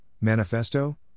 manifesto